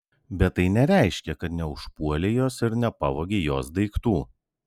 bet tai nereiškia kad neužpuolei jos ir nepavogei jos daiktų